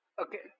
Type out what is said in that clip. Okay